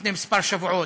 לפני כמה שבועות,